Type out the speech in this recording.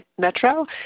Metro